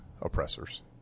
oppressors